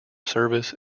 service